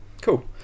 cool